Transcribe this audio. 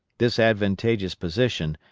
this advantageous position,